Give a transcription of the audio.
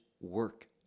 work